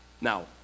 Now